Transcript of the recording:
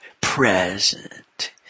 present